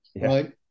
right